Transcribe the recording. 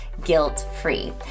guilt-free